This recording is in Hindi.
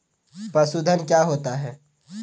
पशुधन क्या होता है?